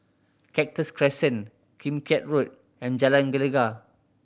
Cactus Crescent Kim Keat Road and Jalan Gelegar